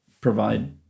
provide